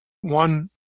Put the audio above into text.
one